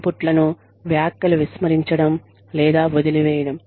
ఇన్పుట్లను వ్యాఖ్యలు విస్మరించడం లేదా వదిలివేయడం